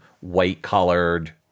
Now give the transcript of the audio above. white-collared